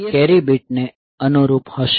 7 એ કેરી બીટને અનુરૂપ હશે